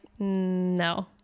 No